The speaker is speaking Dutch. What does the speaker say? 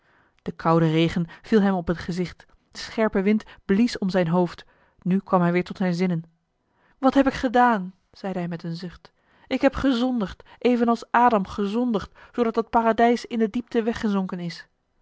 de koude regen viel hem op het gezicht de scherpe wind blies om zijn hoofd nu kwam hij weer tot zijn zinnen wat heb ik gedaan zeide hij met een zucht ik heb gezondigd evenals adam gezondigd zoodat het paradijs in de diepte weggezonken is